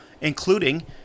including